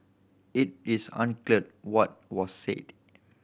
it is unclear what was said